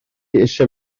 eisiau